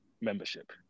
membership